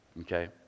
okay